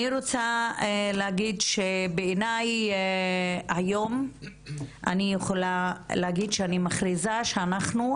אני רוצה להגיד שבעיני היום אני יכולה להגיד שאני מכריזה שאנחנו,